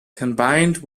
combined